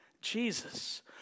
Jesus